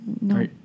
No